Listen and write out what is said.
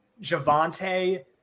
Javante